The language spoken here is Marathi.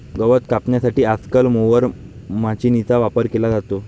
गवत कापण्यासाठी आजकाल मोवर माचीनीचा वापर केला जातो